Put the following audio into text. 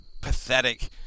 pathetic